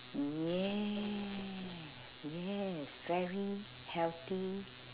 yes yes very healthy